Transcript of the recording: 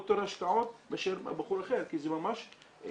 ויותר השקעות מאשר מכור אחר כי זה ממש מורכב.